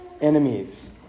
enemies